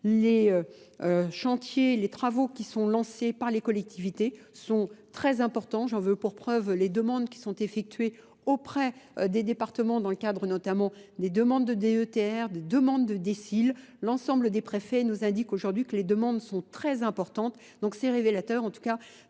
les chantiers, les travaux qui sont lancés par les collectivités sont très importants. J'en veux pour preuve les demandes qui sont effectuées auprès des départements dans le cadre notamment des demandes de DETR, des demandes de DECIL. L'ensemble des préfets nous indique aujourd'hui que les demandes sont très importantes donc c'est révélateur en tout cas